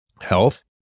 health